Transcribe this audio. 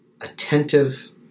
attentive